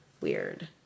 weird